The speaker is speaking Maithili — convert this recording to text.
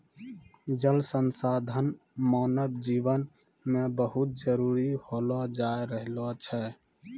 जल संसाधन मानव जिवन मे बहुत जरुरी होलो जाय रहलो छै